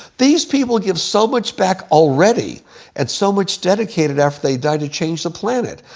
these people give so much back already and so much dedicated after they die to change the planet,